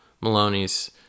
Maloney's